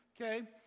Okay